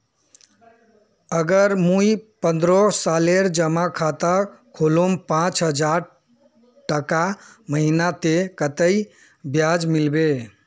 अगर मुई पन्द्रोह सालेर जमा खाता खोलूम पाँच हजारटका महीना ते कतेक ब्याज मिलबे?